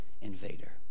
invader